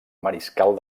mariscal